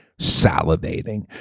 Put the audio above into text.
Salivating